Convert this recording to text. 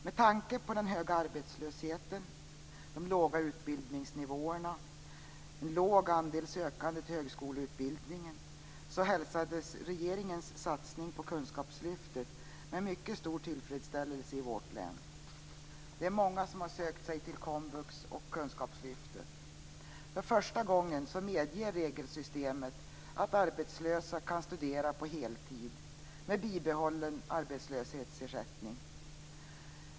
Med tanke på den höga arbetslösheten, de låga utbildningsnivåerna och en låg andel sökande till högskoleutbildningen hälsades regeringens satsning på kunskapslyftet med mycket stor tillfredsställelse i vårt län. Det är många som har sökt sig till komvux och kunskapslyftet. För första gången medger regelsystemet att arbetslösa kan studera på heltid med bibehållen arbetslöshetsersättning.